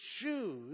choose